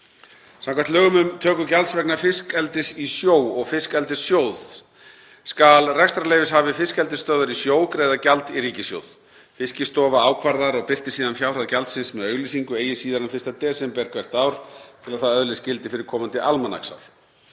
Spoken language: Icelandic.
Samkvæmt lögum um töku gjalds vegna fiskeldis í sjó og fiskeldissjóð skal rekstrarleyfishafi fiskeldisstöðvar í sjó greiða gjald í ríkissjóð. Fiskistofa ákvarðar og birtir síðan fjárhæð gjaldsins með auglýsingu eigi síðar en 1. desember hvert ár til að það öðlist gildi fyrir komandi almanaksár.